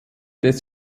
des